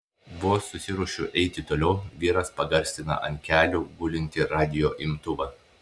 vos susiruošiu eiti toliau vyras pagarsina ant kelių gulintį radijo imtuvą